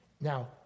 Now